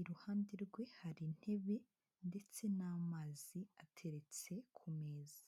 iruhande rwe hari intebe ndetse n'amazi ateretse ku meza.